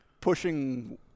pushing